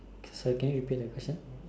cause can you repeat the question